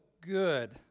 good